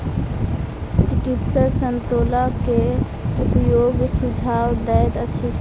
चिकित्सक संतोला के उपयोगक सुझाव दैत अछि